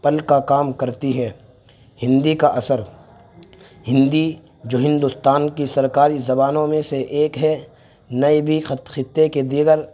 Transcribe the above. پل کا کام کرتی ہے ہندی کا اثر ہندی جو ہندوستان کی سرکاری زبانوں میں سے ایک ہے نئے بھی خط خطے کے دیگر